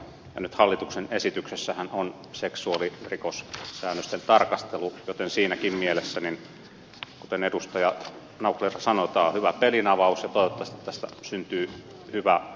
nyt hallituksen esityksessähän on seksuaalirikossäännösten tarkastelu joten siinäkin mielessä kuten edustaja naucler sanoi tämä on hyvä pelinavaus ja toivottavasti tästä syntyy hyvä lakipaketti